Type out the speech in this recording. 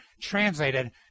translated